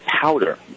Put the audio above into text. powder